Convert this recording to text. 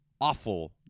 awful